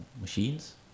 machines